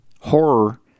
horror